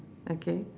okay